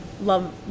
love